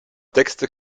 texte